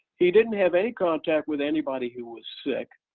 he didn't have any contact with anybody who was sick.